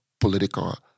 political